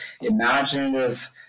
imaginative